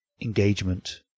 engagement